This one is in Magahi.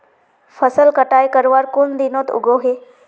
फसल कटाई करवार कुन दिनोत उगैहे?